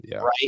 right